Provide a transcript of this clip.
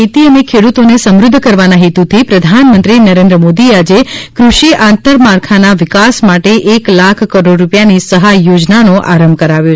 કૃષિ દેશમાં ખેતી અને ખેડુતોને સમૃધ્ધ કરવાના હેતુથી પ્રધાનમંત્રી નરેન્દ્ર મોદીએ આજે કૃષિ આંતરમાળખાના વિકાસ માટે એક લાખ કરોડ રૂપિયાની સહાય યોજનાનો આરંભ કરાવ્યો